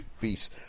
peace